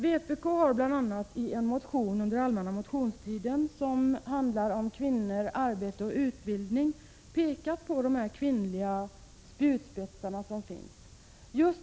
Vpk har i en motion från den allmänna motionstiden, som handlar om kvinnor, arbete och utbildning, pekat på just dessa kvinnliga spjutspetsar.